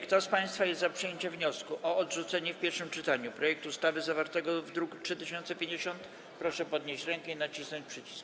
Kto z państwa jest za przyjęciem wniosku o odrzucenie w pierwszym czytaniu projektu ustawy zawartego w druku nr 3050, proszę podnieść rękę i nacisnąć przycisk.